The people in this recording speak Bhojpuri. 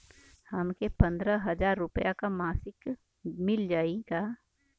हमके पन्द्रह हजार रूपया क मासिक मिल जाई का?